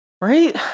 Right